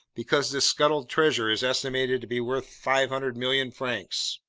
because this scuttled treasure is estimated to be worth five hundred million francs.